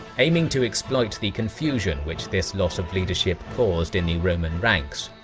aiming to exploit the confusion which this loss of leadership caused in the roman ranks,